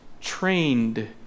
trained